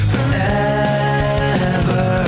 Forever